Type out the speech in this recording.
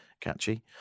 catchy